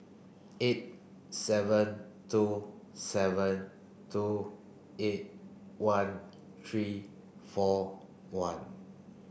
eight seven two seven two eight one three four one